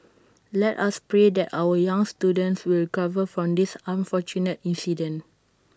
let us pray that our young students will recover from this unfortunate incident